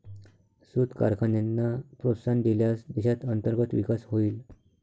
सूत कारखान्यांना प्रोत्साहन दिल्यास देशात अंतर्गत विकास होईल